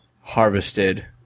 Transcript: harvested